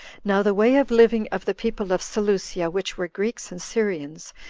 now the way of living of the people of seleucia, which were greeks and syrians,